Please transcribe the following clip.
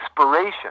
inspiration